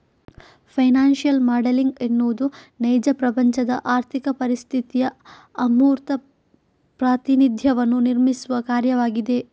financial modelling ಎನ್ನುವುದು ನೈಜ ಪ್ರಪಂಚದ ಆರ್ಥಿಕ ಪರಿಸ್ಥಿತಿಯ ಅಮೂರ್ತ ಪ್ರಾತಿನಿಧ್ಯವನ್ನು ನಿರ್ಮಿಸುವ ಕಾರ್ಯವಾಗಿದೆ